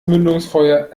mündungsfeuer